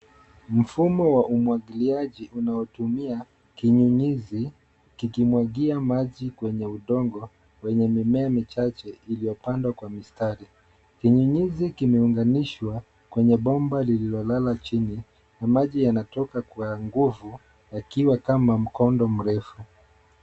Mfumo wa umwagiliaji unaotumia kinyunyizi kikimwagia maji kwenye udongo wenye mimea michache iliyopandwa kwa mistari. Kinyunyizi kimeunganishwa kwenye bomba lililolala chini na maji yanatoka kwa nguvu yakiwa kama mkondo mrefu.